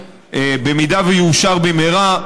אם יאושר במהרה,